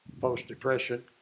post-depression